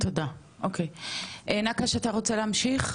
תודה אוקי, נקש אתה רוצה להמשיך?